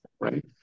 Right